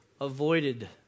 avoided